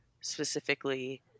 specifically